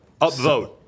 Upvote